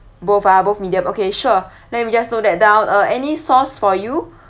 both ah both medium okay sure let me just know that down uh any sauce for you